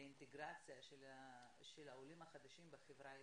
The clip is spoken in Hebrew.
לאינטגרציה של העולים החדשים בחברה הישראלית.